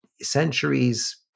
centuries